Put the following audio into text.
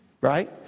Right